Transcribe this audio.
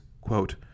quote